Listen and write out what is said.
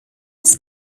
was